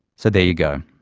so there you go,